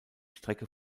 strecke